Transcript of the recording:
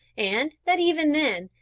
and that, even then,